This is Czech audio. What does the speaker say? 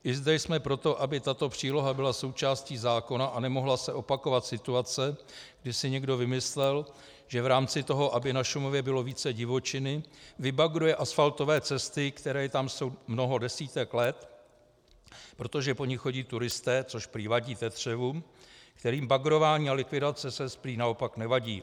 I zde jsme pro to, aby tato příloha byla součástí zákona a nemohla se opakovat situace, kdy si někdo vymyslel, že v rámci toho, aby na Šumavě bylo více divočiny, vybagruje asfaltové cesty, které tam jsou mnoho desítek let, protože po nich chodí turisté, což prý vadí tetřevům, kterým bagrování a likvidace cest prý naopak nevadí.